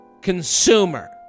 consumer